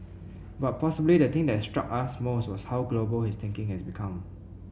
but possibly the thing that struck us most was how global his thinking has become